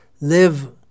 Live